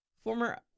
former